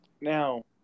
Now